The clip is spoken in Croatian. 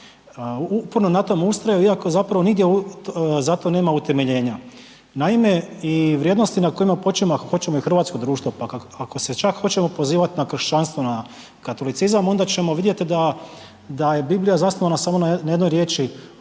Uporno na tom ustraju iako zapravo nigdje za to nema utemeljenja. Naime, i vrijednosti na kojima počima i hrvatsko društvo pa ako se čak hoćemo pozivati na kršćanstvo, na katolicizam, onda ćemo vidjeti da je Biblija zasnovana samo na jednoj riječi